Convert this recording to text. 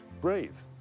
brave